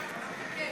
בכיף.